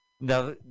Now